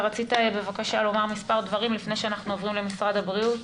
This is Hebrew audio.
רצית לומר כמה דברים לפני שאנחנו עוברים למשרד הבריאות,